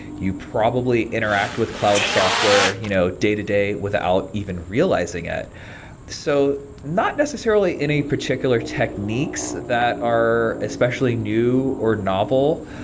you probably interact with cloud software you know day-to-day without even realizing it so not necessarily any particular techniques that are especially new, or novel,